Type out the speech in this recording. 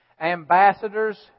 Ambassadors